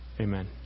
Amen